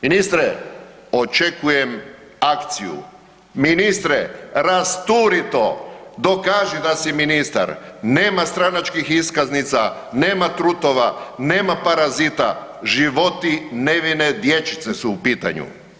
Ministre, očekujem akciju, ministre, rasturi to, dokaži da si ministar, nema stranačkih iskaznica, nema trutova, nema parazita, životi nevine dječice su u pitanju.